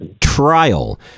trial